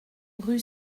rue